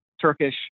Turkish